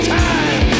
time